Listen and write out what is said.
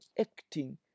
acting